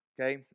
okay